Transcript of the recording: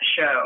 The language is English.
show